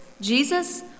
Jesus